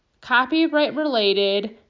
copyright-related